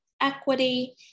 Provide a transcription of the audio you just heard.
equity